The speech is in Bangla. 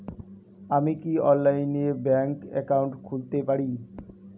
আমি কি অনলাইনে ব্যাংক একাউন্ট খুলতে পারি?